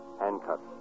Handcuffs